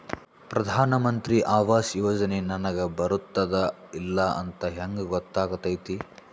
ಪ್ರಧಾನ ಮಂತ್ರಿ ಆವಾಸ್ ಯೋಜನೆ ನನಗ ಬರುತ್ತದ ಇಲ್ಲ ಅಂತ ಹೆಂಗ್ ಗೊತ್ತಾಗತೈತಿ?